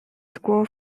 school